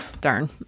darn